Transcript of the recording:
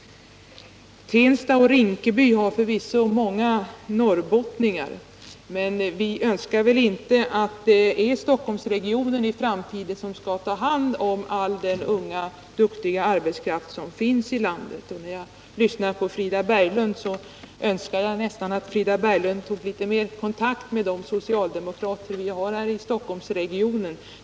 Tensta och Rinkeby har förvisso många norrbottningar, men vi önskar väl inte att stockholmsregionen i framtiden skall ta hand om all den unga duktiga arbetskraft som finns i landet. När jag lyssnade på Frida Berglund önskade jag att hon tog kontakt med socialdemokraterna i stockholmsregionen.